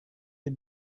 had